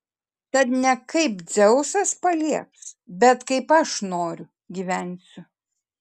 tad ne kaip dzeusas palieps bet kaip aš noriu gyvensiu